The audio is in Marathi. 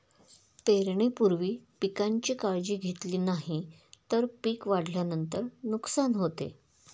पेरणीपूर्वी पिकांची काळजी घेतली नाही तर पिक वाढल्यानंतर नुकसान होते